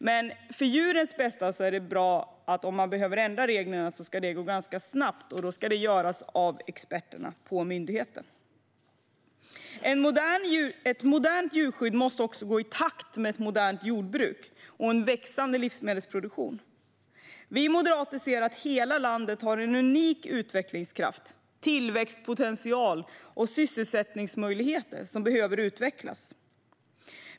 Men för djurens bästa är det bra att det går ganska snabbt om man behöver ändra reglerna, och då ska det göras av experterna på myndigheten. Ett modernt djurskydd måste också gå i takt med ett modernt jordbruk och en växande livsmedelsproduktion. Vi moderater ser att hela landet har en unik utvecklingskraft, tillväxtpotential och sysselsättningsmöjligheter som behöver utvecklas.